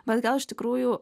bet gal iš tikrųjų